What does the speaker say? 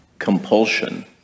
compulsion